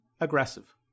Aggressive